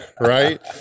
right